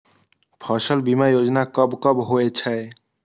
फसल बीमा योजना कब कब होय छै?